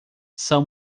são